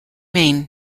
maine